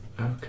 Okay